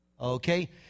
Okay